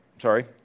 Sorry